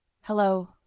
Hello